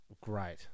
great